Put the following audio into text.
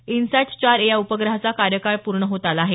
INSAT चार A या उपग्रहाचा कार्यकाळ पूर्ण होत आला आहे